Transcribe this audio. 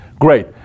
Great